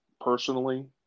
Personally